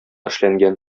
эшләнгән